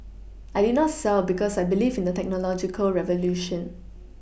I did not sell because I believe in the technological revolution